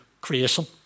creation